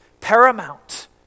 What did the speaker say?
paramount